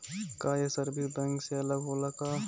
का ये service bank से अलग होला का?